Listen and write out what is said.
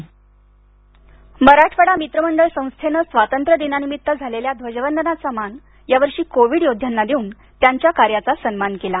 मराठवाडा मराठवाडा मित्रमंडळ संस्थेनं स्वातंत्र्य दिनानिमित्त झालेल्या ध्वजवंदनाचा मान या वर्षी कोविड योद्ध्यांना देऊन त्यांच्या कार्याचा सन्मान केला